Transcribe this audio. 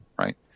right